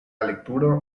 lectura